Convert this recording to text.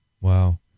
wow